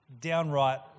downright